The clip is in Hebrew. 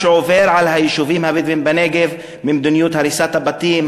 שעובר על היישובים הבדואיים בנגב: במדיניות הריסת הבתים,